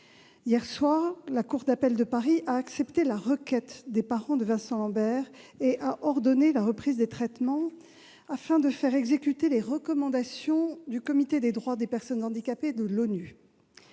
Hier soir, la cour d'appel de Paris a accepté la requête des parents de Vincent Lambert et a ordonné la reprise des traitements, afin de respecter les recommandations du Comité des droits des personnes handicapées de l'ONU.